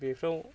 बेफ्राव